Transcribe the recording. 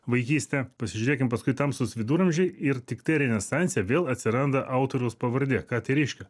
vaikystę pasižiūrėkim paskui tamsūs viduramžiai ir tiktai renesance vėl atsiranda autoriaus pavardė ką tai reiškia